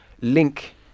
link